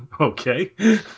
Okay